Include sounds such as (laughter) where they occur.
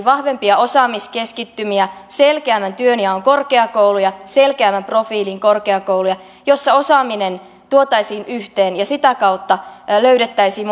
(unintelligible) vahvempia osaamiskeskittymiä selkeämmän työnjaon korkeakouluja selkeämmän profiilin korkeakouluja joissa osaaminen tuotaisiin yhteen ja sitä kautta löydettäisiin (unintelligible)